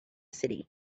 city